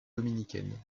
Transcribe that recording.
dominicaine